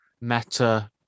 meta